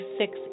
six